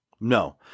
no